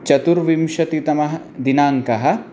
चतुर्विंशतितमः दिनाङ्कः